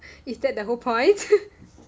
is that the whole point